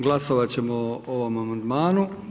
Glasovati ćemo o ovom amandmanu.